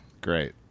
great